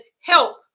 help